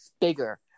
bigger